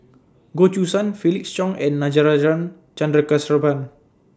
Goh Choo San Felix Cheong and Natarajan Chandrasekaran